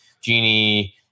genie